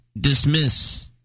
dismiss